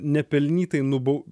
nepelnytai nubau